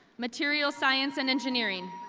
material science and engineering.